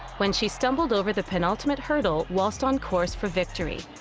when she stumbled over the penultimate hurdle whilst on course for victory.